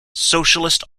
socialist